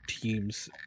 teams